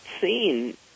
seen